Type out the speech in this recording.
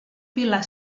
pilar